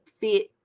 fit